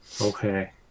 Okay